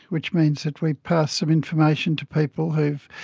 which means that we pass some information to people who,